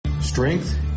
Strength